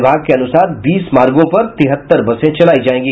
विभाग के अनुसार बीस मार्गों पर तिहत्तर बसें चलायी जायेंगी